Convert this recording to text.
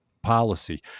policy